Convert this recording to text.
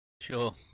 Sure